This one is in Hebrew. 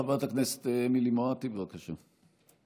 חברת הכנסת אמילי מואטי, בבקשה.